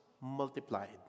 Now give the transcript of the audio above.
multiplied